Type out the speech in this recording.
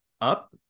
up